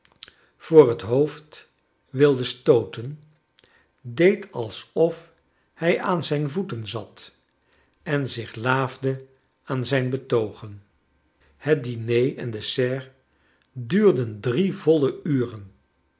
voor het hoofd willende stooten deed alsof hij aan zijn voeten zat en zich laafde aan zijn betoogen het diner en dessert duurden drie voile uren